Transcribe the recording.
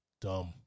Dumb